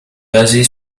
basé